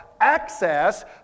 access